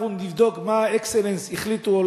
אנחנו נבדוק מה "אקסלנס" החליטו,